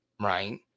right